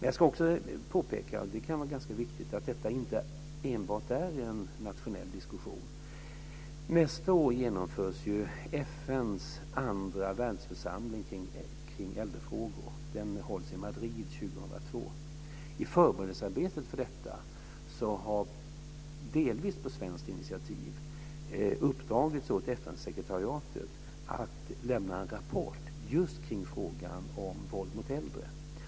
Jag ska också påpeka en annan sak som kan vara ganska viktig. Det är att detta inte enbart är en nationell diskussion. Nästa år genomförs ju FN:s andra världsförsamling kring äldrefrågor. Den hålls i Madrid 2002. I förberedelsearbetet för detta har det, delvis på svenskt initiativ, uppdragits åt FN-sekretariatet att lämna en rapport just kring frågan om våld mot äldre.